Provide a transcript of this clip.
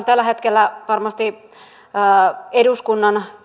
tällä hetkellä varmasti eduskunnan